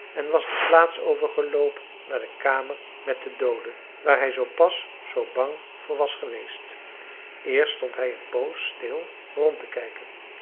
en was de plaats over geloopen naar de kamer met de doode waar hij zoo pas zoo bang voor was geweest eerst stond hij een poos stil rond te kijken